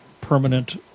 permanent